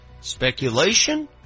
speculation